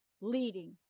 leading